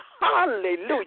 hallelujah